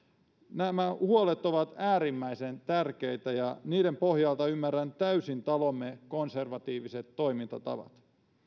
nämä huolet ovat äärimmäisen tärkeitä ja niiden pohjalta ymmärrän täysin talomme konservatiiviset toimintatavat